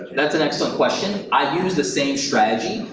that's an excellent question. i use the same strategy,